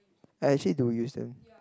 actually do you send